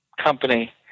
company